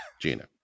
Gina